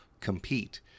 compete